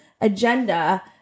agenda